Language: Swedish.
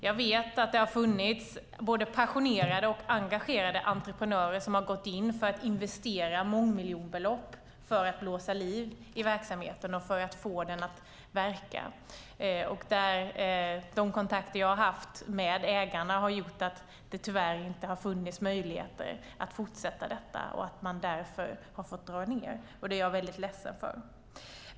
Jag vet att det har funnits både passionerade och engagerade entreprenörer som har gått in och investerat mångmiljonbelopp för att blåsa liv i verksamheten och för att få den att verka. De kontakter jag har haft med ägarna har visat att det tyvärr inte har funnits möjligheter att fortsätta med detta och att man därför har fått dra ned. Det är jag väldigt ledsen för.